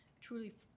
truly